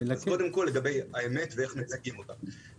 קודם כול חשובה האמת ואיך מציגים אותה.